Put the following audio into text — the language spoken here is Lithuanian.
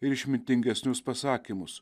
ir išmintingesnius pasakymus